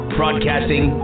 broadcasting